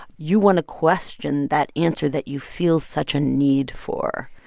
you want to question that answer that you feel such a need for.